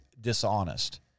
dishonest